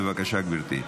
בבקשה, גברתי,